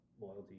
loyalty